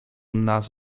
nas